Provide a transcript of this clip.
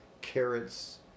carrots